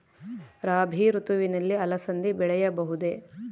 ರಾಭಿ ಋತುವಿನಲ್ಲಿ ಅಲಸಂದಿ ಬೆಳೆಯಬಹುದೆ?